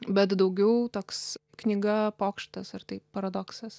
bet daugiau toks knyga pokštas ar tai paradoksas